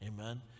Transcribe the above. Amen